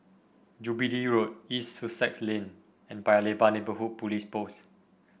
Jubilee Road East Sussex Lane and Paya Lebar Neighbourhood Police Post